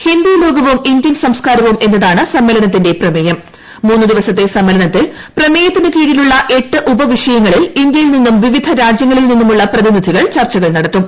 ഹിന്ദി ലോകവും ഇന്ത്യൻ സംസ്കാരവും എന്നതാണ് സമ്മേളനത്തിന്റെ പ്രമേയം മൂന്നു ദിവസത്തെ സമ്മേളനത്തിൽ പ്രമേയത്തിന് കീഴിലുള്ള എട്ട് ഉപവിഷയങ്ങളിൽ ഇന്ത്യയിൽ നിന്നും വിവിധ രാജ്യങ്ങളിൽ നിന്നുമുള്ള പ്രതിനിധികൾ ചർച്ചകൾ നടത്തും